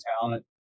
talent